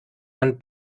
man